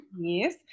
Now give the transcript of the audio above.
yes